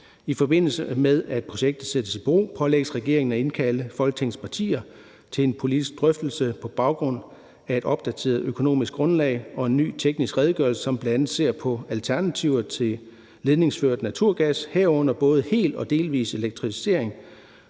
i forbindelse med at projektet sættes i bero pålægges regeringen at indkalde Folketingets partier til en politisk drøftelse på baggrund af et opdateret økonomisk grundlag og en ny teknisk redegørelse, som bl.a. ser på alternativer til ledningsført naturgas, herunder både hel og delvis elektrificering,